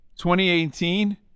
2018